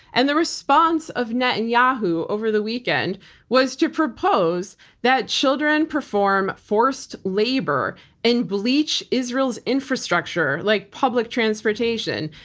and the response of netanyahu over the weekend was to propose that children perform forced labor and bleach israel's infrastructure, like public transportation,